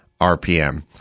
RPM